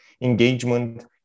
Engagement